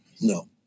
No